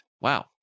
Wow